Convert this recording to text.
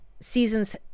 seasons